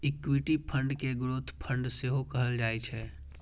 equity fund कें growth fund सेहो कहल जाइ छै